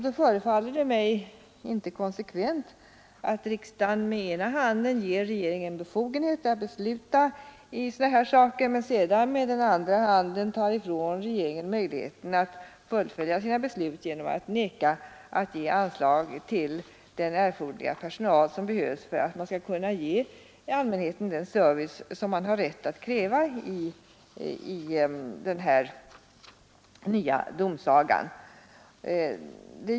Det förefaller mig då inte konsekvent att riksdagen med ena handen ger regeringen befogenhet att besluta i sådana här frågor och sedan med den andra handen tar ifrån regeringen möjligheten att fullfölja sina beslut genom att vägra att bevilja anslag till den personal som behövs för att allmänheten skall kunna få den service som den har rätt att kräva i den nya domsagan.